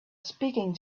speaking